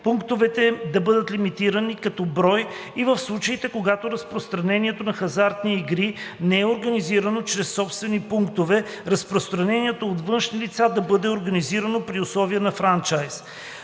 пунктовете да бъдат лимитирани като брой и в случаите, когато разпространението на хазартни игри не е организирано чрез собствени пунктове – разпространението от външни лица да бъде организирано при условията на франчайз.